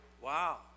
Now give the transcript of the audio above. Wow